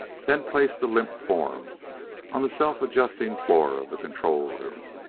then placed the limp form on the self-adjusting floor of the control room.